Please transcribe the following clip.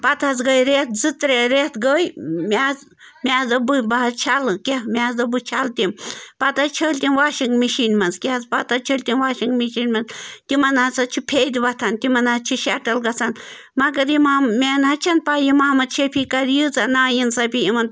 پتہٕ حظ گٔے رٮ۪تھ زٕ ترٛےٚ رٮ۪تھ گٔے مےٚ حظ مےٚ حظ دوٚپ بہٕ بہٕ حظ چھَلہٕ کینٛہہ مےٚ حظ دوٚپ بہٕ چھَلہٕ تِم پتہٕ حظ چھٔلۍ تِم واشنٛگ مِشیٖن مںٛز کیٛاہ حظ پتہٕ حظ چھٔلۍ تِم واشنٛگ مِشیٖن منٛز تِمن ہَسا چھِ پھیٚدۍ وۄتھان تِمن حظ چھِ شَٹٕل گَژھان مگریہِ ما مےٚ نَہ حظ چھَنہٕ پَے محمد شیفع کرِ ییٖژاہ نا اِنصٲفی یِمن